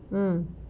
mm